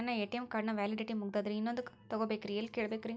ನನ್ನ ATM card ನ validity ಮುಗದದ್ರಿ ಇನ್ನೊಂದು ತೊಗೊಬೇಕ್ರಿ ಎಲ್ಲಿ ಕೇಳಬೇಕ್ರಿ?